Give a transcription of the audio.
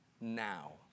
now